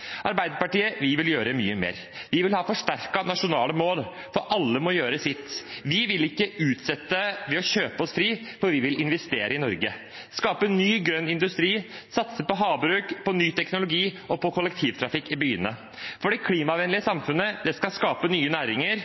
Arbeiderpartiet vil gjøre mye mer. Vi vil ha forsterkede nasjonale mål, for alle må gjøre sitt. Vi vil ikke utsette det ved å kjøpe oss fri, for vi vil investere i Norge – skape ny grønn industri, satse på havbruk, på ny teknologi og på kollektivtrafikk i byene. For det klimavennlige samfunnet skal skape nye næringer,